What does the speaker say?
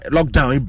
Lockdown